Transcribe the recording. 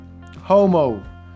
Homo